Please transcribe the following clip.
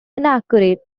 inaccurate